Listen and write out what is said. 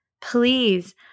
Please